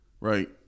right